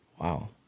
Wow